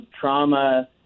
trauma